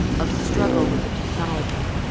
of struggle with the technology,